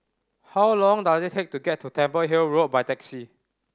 how long does it take to get to Temple Hill Road by taxi